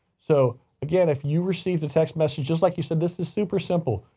so again, if you received a text message, just like you said, this is super simple.